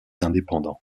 indépendants